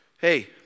Hey